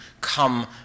come